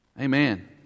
Amen